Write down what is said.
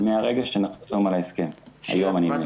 מרגע שנחתום על ההסכם, היום אני מקווה.